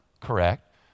correct